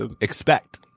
Expect